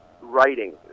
writing